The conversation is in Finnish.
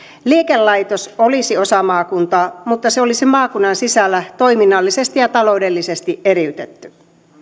liikelaitos olisi osa maakuntaa mutta se olisi maakunnan sisällä toiminnallisesti ja taloudellisesti eriytetty